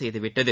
செய்துவிட்டது